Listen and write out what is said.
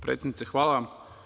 Predsednice, hvala vam.